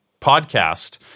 podcast